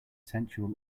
sensual